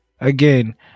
Again